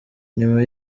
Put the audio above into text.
nyuma